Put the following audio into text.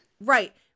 Right